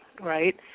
right